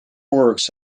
works